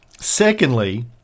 Secondly